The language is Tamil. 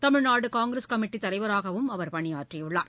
தமிழ்நாடுகாங்கிரஸ் கமிட்டிதலைவராகவும் அவர் பணியாற்றியுள்ளார்